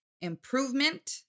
improvement